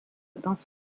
dans